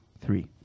three